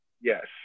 Yes